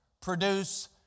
produce